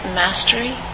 mastery